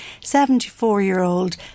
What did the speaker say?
74-year-old